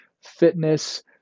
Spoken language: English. fitness